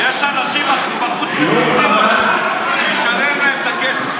יש אנשים בחוץ, מחפשים אותו שישלם להם את הכסף.